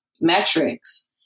metrics